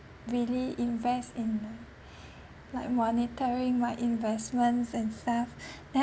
really invest in a like monitoring my investments and stuff then